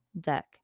deck